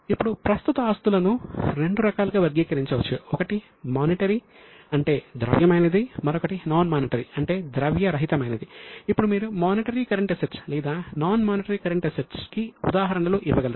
ఇప్పుడు ప్రస్తుత ఆస్తులను రెండు రకాలుగా వర్గీకరించవచ్చు ఒకటి మానిటరీ కి ఉదాహరణలు ఇవ్వగలరా